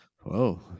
Whoa